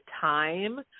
time